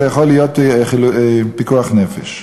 זה יכול להיות פיקוח נפש.